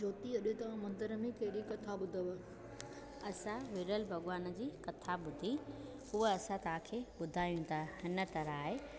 अॼु तव्हां मंदर में कहिड़ी कथा ॿुधव असां वीरल भॻवान जी कथा ॿुधी हूअ असां तव्हां खे ॿुधायूं था हिन तरह आहे